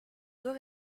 deux